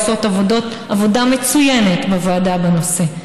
עושות עבודה מצוינת בוועדה בנושא,